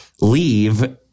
leave